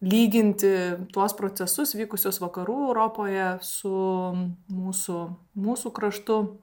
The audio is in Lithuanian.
lyginti tuos procesus vykusius vakarų europoje su mūsų mūsų kraštu